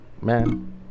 man